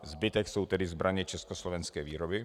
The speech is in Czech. Zbytek jsou zbraně československé výroby.